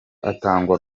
atangwa